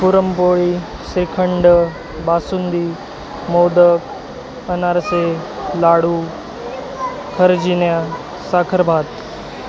पुरणपोळी श्रीखंड बासुंदी मोदक अनारसे लाडू खर्जिन्या साखरभात